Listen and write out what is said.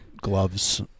gloves